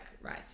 right